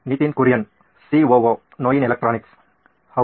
Nitin Kurian COO ನೋಯಿನ್ electronics ಹೌದು